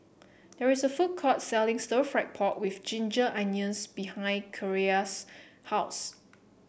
there is a food court selling Stir Fried Pork with Ginger Onions behind Kierra's house